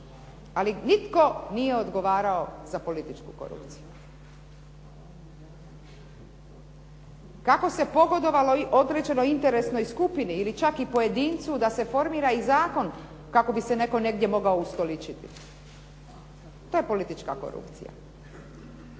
ali nitko nije odgovarao za političku korupciju. Kako se pogodovalo i određenoj interesnoj skupini ili čak i pojedincu da se formira i zakon kako bi se netko negdje mogao ustoličiti. To je politička korupcija.